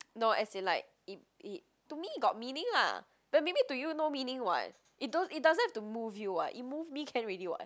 no as in like it it to me got meaning lah but maybe to you no meaning [what] it don't it doesn't have to move you [what] it move me can ready [what]